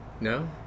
No